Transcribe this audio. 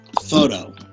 photo